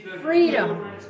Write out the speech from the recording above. Freedom